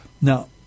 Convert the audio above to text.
Now